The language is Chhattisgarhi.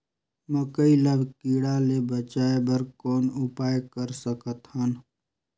मकई ल कीड़ा ले बचाय बर कौन उपाय कर सकत हन?